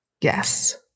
Yes